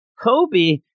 Kobe